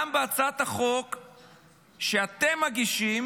גם בהצעת החוק שאתם מגישים